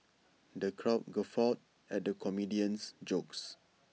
the crowd guffawed at the comedian's jokes